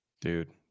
Dude